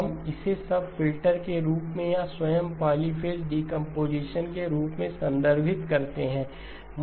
हम इसे सबफ़िल्टर के रूप में या स्वयं पॉलीफ़ेज़ डीकंपोजीशन के रूप में संदर्भित करते हैं